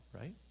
right